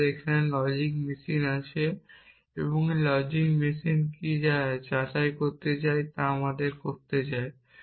আমাদের একটি logic machine আছে এই লজিক মেশিন কি আমরা যা করতে চাই আমরা তা করতে চাই